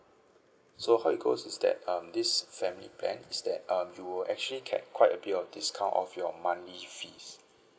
so how it goes is that um this family plan is that um you will actually get quite a bit of discount of your monthly fees